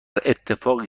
اتفاقی